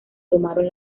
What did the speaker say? tomaron